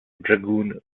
dragoon